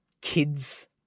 kids